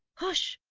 hush!